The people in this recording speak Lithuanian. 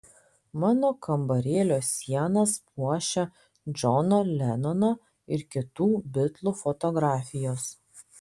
mano kambarėlio sienas puošia džono lenono ir kitų bitlų fotografijos